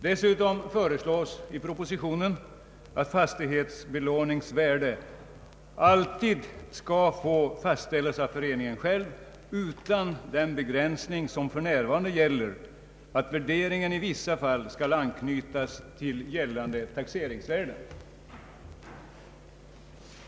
Dessutom föreslås i propositionen att fastighets belåningsvärde alltid skall få fastställas av föreningen själv utan den begränsning som för närvarande gäller att värderingen i vissa fall skall anknytas till gällande taxeringsvärden.